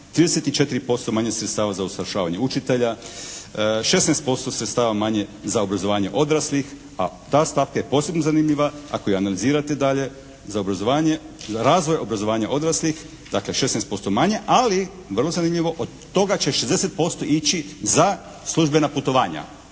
34% manje sredstava za usavršavanje učitelja, 16% sredstava manje za obrazovanje odraslih, a ta stavka je posebno zanimljiva ako je analizirate dalje za obrazovanje, za razvoj obrazovanja odraslih. Dakle, 16% manje ali vrlo zanimljivo od toga će 60% ići za službena putovanja.